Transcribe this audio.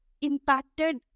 impacted